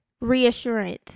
reassurance